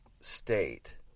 state